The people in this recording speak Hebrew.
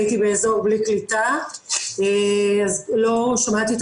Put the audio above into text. הייתי באזור בלי קליטה אז לא שמעתי את